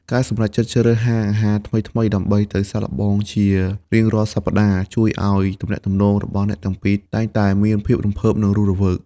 ការសម្រេចចិត្តជ្រើសរើសហាងអាហារថ្មីៗដើម្បីទៅសាកល្បងជារៀងរាល់សប្ដាហ៍ ជួយឱ្យទំនាក់ទំនងរបស់អ្នកទាំងពីរតែងតែមានភាពរំភើប និងរស់រវើក។